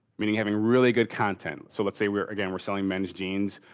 meaning having really good content. so, let's say we're, again, we're selling men's jeans.